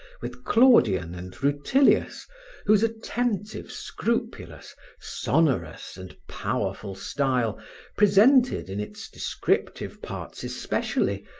with claudian and rutilius whose attentive, scrupulous, sonorous and powerful style presented, in its descriptive parts especially,